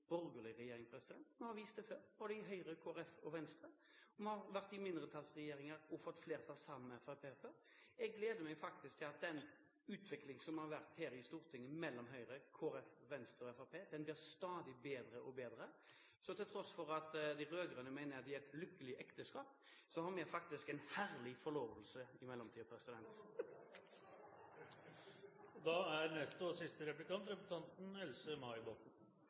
borgerlig regjering. Vi har vist det før, både Høyre, Kristelig Folkeparti og Venstre. Vi har vært i mindretallsregjeringer og fått flertall sammen med Fremskrittspartiet før. Jeg gleder meg faktisk over at den utviklingen som har vært her i Stortinget mellom Høyre, Kristelig Folkeparti, Venstre og Fremskrittspartiet, stadig blir bedre. Til tross for at de rød-grønne mener at de har et lykkelig ekteskap, har vi faktisk en herlig forlovelse i mellomtiden. «No vart æ skræmt, ja.» Hvis representanten Kambe er den maritime talspersonen som han sa han var da